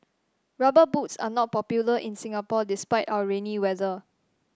rubber boots are not popular in Singapore despite our rainy weather